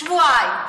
שבועיים,